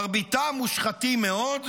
מרביתם מושחתים מאוד,